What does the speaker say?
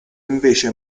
invece